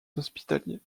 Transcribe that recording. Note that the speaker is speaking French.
hospitaliers